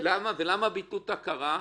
ולמה ביטלו את ההכרה?